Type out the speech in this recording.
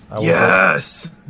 Yes